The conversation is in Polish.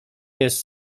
jest